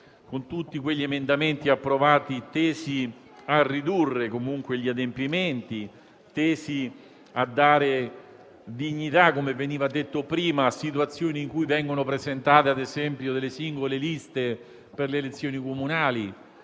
con tutti gli emendamenti approvati, tesi a ridurre gli adempimenti e a dare dignità - come prima è stato detto - a situazioni in cui vengono presentate, ad esempio, singole liste per le elezioni comunali,